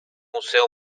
museo